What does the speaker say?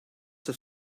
have